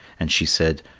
and she said,